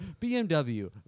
BMW